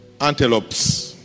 antelopes